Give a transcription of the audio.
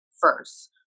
first